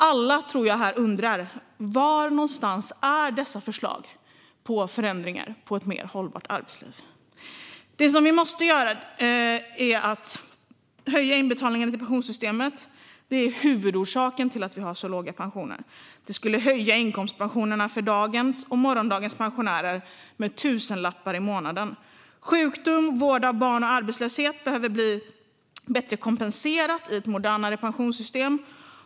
Jag tror att alla i den här kammaren undrar var förslagen på dessa förändringar för ett mer hållbart arbetsliv finns. Det vi måste göra är att höja inbetalningarna till pensionssystemet. De låga inbetalningarna är huvudorsaken till att vi har så låga pensioner. En höjning skulle höja inkomstpensionerna för dagens och morgondagens pensionärer med tusenlappar i månaden. Sjukdom, vård av barn och arbetslöshet behöver bli bättre kompenserat i ett modernare pensionssystem.